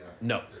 No